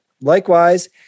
Likewise